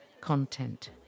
content